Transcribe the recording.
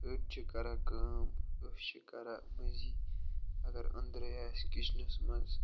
أڑۍ چھِ کَران کٲم أسۍ چھِ کَران مٔنٛزی اَگر أنٛدرَے آسہِ کِچنَس منٛز